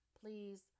please